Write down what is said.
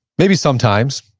maybe sometimes,